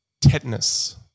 Tetanus